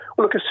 Look